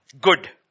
good